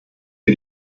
für